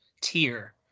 tier